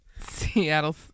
Seattle